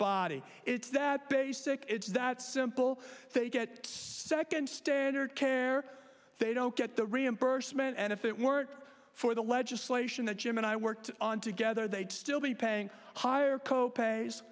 body it's that basic it's that simple they get second standard care they don't get the reimbursement and if it weren't for the legislation that jim and i worked on together they'd still be paying higher co pays